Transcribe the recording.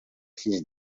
sis